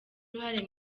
uruhare